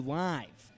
live